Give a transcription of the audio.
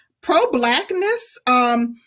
pro-blackness